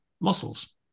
muscles